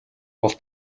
бол